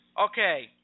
Okay